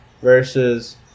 Versus